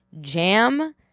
jam